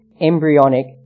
embryonic